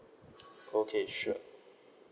okay sure